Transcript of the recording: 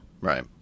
Right